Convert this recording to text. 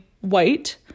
white